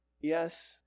yes